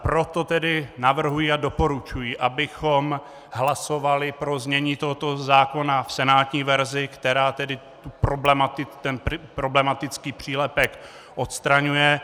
Proto tedy navrhuji a doporučuji, abychom hlasovali pro znění tohoto zákona v senátní verzi, která tedy ten problematický přílepek odstraňuje.